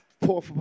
poor